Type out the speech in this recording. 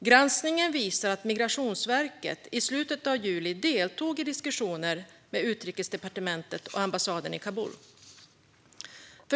Granskningen visar att Migrationsverket i slutet av juli deltog i diskussioner med Utrikesdepartementet och ambassaden i Kabul.